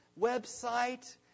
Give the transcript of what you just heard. website